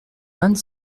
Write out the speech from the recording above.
vingt